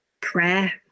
prayer